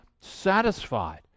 satisfied